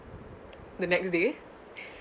the next day